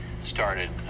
started